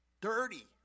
dirty